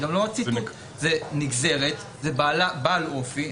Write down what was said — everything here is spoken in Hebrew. זאת נגזרת, זה בעל אופי.